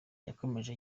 yakomeje